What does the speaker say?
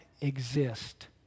exist